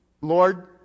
Lord